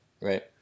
right